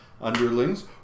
underlings